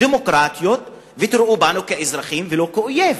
דמוקרטיים, ותראו בנו אזרחים, ולא אויב,